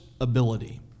ability